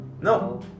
No